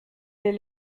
des